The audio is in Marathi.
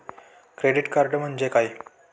क्रेडिट कार्ड म्हणजे काय?